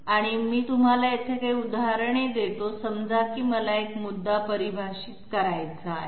आणि मी तुम्हाला येथे काही उदाहरणे देतो समजा की मला एक मुद्दा परिभाषित करायचा आहे